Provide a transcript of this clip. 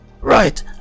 Right